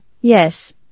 yes